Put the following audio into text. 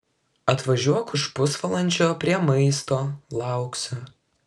atvažiuok už pusvalandžio prie maisto lauksiu